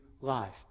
life